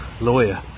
lawyer